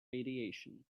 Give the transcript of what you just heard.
radiation